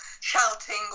shouting